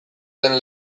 den